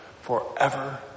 forever